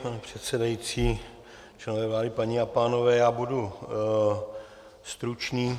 Pane předsedající, členové vlády, paní a pánové, já budu stručný.